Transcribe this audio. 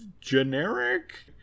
generic